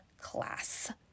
class